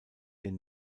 den